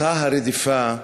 מסע הרדיפה והגזענות,